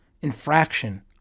infraction